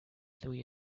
three